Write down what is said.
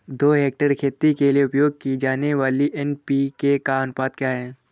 दो हेक्टेयर खेती के लिए उपयोग की जाने वाली एन.पी.के का अनुपात क्या है?